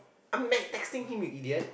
I'm mad texting him you idiot